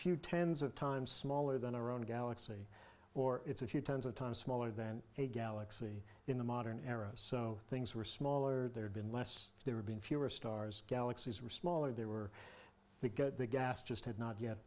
few tens of times smaller than our own galaxy or it's a few tens of times smaller than a galaxy in the modern era so things were smaller there have been less there have been fewer stars galaxies are smaller they were to get the gas just had not yet